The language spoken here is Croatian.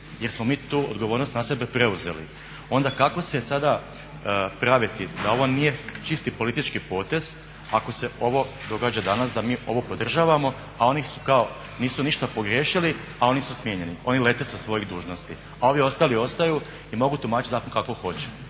jer smo mi tu odgovornost na sebe preuzeli. Onda kako se sada praviti da ovo nije čisti politički potez ako se ovo događa danas da mi ovo podržavamo, a oni kao ništa nisu pogriješili, a oni su smijenjeni, oni lete sa svoje dužnosti, a ovi ostali ostaju i mogu tumačiti zakon onako kako hoće.